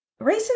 racist